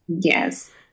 Yes